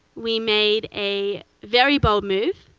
we made a very bold move.